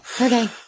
Okay